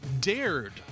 dared